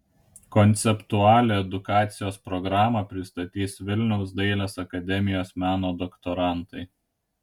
konceptualią edukacijos programą pristatys vilniaus dailės akademijos meno doktorantai